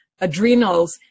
adrenals